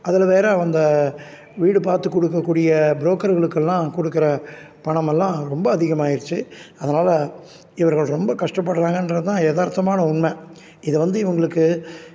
அதில் வேறே அந்த வீடு பார்த்து கொடுக்கக்கூடிய புரோக்கர்களுக்கெல்லாம் கொடுக்குற பணமெல்லாம் ரொம்ப அதிகமாயிருச்சு அதனால் இவர்கள் ரொம்ப கஷ்டப்படுறாங்கன்றது தான் எதார்த்தமான உண்மை இதை வந்து இவங்களுக்கு